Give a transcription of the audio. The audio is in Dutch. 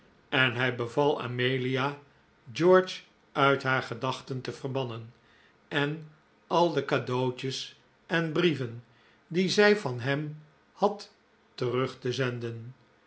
en hij beval amelia george uit haar gedachten te verbannen e n al de cadeautjes en brieven die zij van hem had terug te zenden